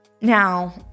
Now